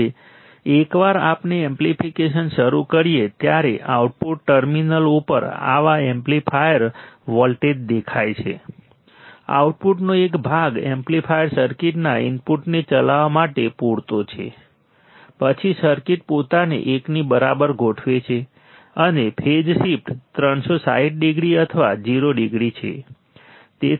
હવે એકવાર આપણે એમ્પ્લીફિકેશન શરૂ કરીએ ત્યારે આઉટપુટ ટર્મિનલ્સ ઉપર આવા એમ્પ્લીફાયર વોલ્ટેજ દેખાય છે આઉટપુટનો એક ભાગ એમ્પ્લીફાયર સર્કિટના ઇનપુટને ચલાવવા માટે પૂરતો છે પછી સર્કિટ પોતાને 1 ની બરાબર ગોઠવે છે અને ફેઝ શિફ્ટ 360 ડિગ્રી અથવા 0 ડિગ્રી છે